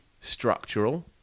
structural